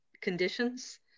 conditions